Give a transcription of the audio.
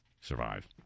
survive